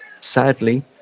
sadly